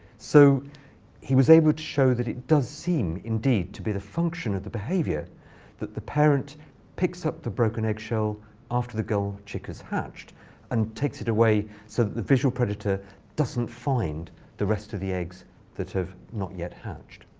so he was able to show that it does seem, indeed, to be the function of the behavior that the parent picks up the broken egg shell after the gull chick is hatched and takes it away so that the visual predator doesn't find the rest of the eggs that have not yet hatched.